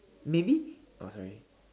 maybe oh sorry